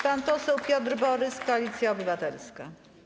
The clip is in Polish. Pan poseł Piotr Borys, Koalicja Obywatelska.